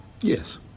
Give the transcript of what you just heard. Yes